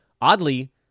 Oddly